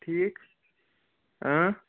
ٹھیٖک